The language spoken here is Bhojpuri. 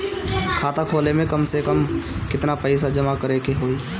खाता खोले में कम से कम केतना पइसा जमा करे के होई?